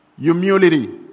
humility